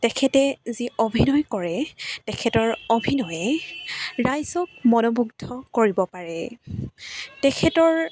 তেখেতে যি অভিনয় কৰে তেখেতৰ অভিনয়ে ৰাইজক মনোমুগ্ধ কৰিব পাৰে তেখেতৰ